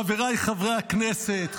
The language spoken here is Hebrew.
חבריי חברי הכנסת,